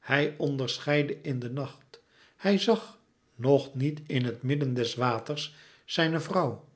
hij onderscheidde in de nacht hij zag ng niet in het midden des waters zijne vrouw